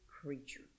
creature